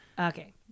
Okay